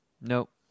Nope